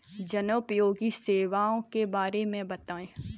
जनोपयोगी सेवाओं के बारे में बताएँ?